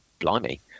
blimey